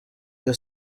iyo